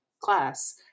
class